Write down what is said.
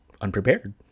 unprepared